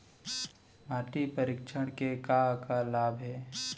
माटी परीक्षण के का का लाभ हे?